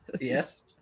Yes